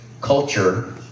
culture